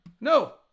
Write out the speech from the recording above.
no